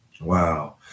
Wow